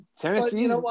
Tennessee